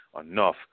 enough